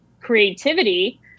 creativity